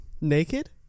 Naked